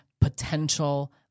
potential